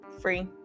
Free